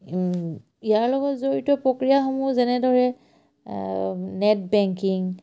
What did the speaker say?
ইয়াৰ লগত জড়িত প্ৰক্ৰিয়াসমূহ যেনেদৰে নেট বেংকিং